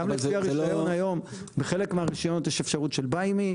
גם לפי הרישיון היום בחלק מהרישיונות יש אפשרות של ביי מי,